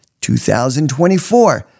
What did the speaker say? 2024